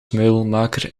meubelmaker